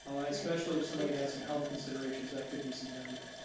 especially if somebody had some health considerations that could be significant.